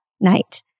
night